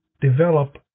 develop